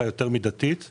יותר מידתית בעינינו.